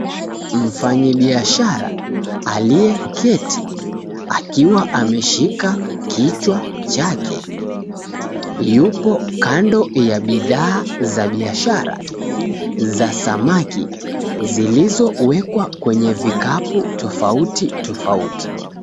Mfanyibiashara aliyeketi akiwa ameshika kichwa chake, yupo kando ya bidhaa za biashara za samaki zilizowekwa kwenye vikapu tofauti tofauti